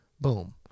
Boom